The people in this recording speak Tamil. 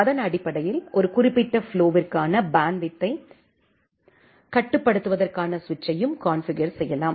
அதன் அடிப்படையில் ஒரு குறிப்பிட்ட ஃப்ளோவிற்கான பேண்ட்வித்தை கட்டுப்படுத்துவதற்கான சுவிட்சையும் கான்ஃபிகர் செய்யலாம்